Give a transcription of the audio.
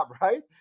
right